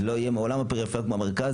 זה לא יהיה לעולם הפריפריה כמו המרכז,